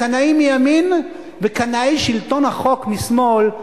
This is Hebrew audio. הקנאים מימין וקנאי שלטון החוק משמאל: